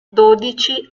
dodici